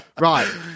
Right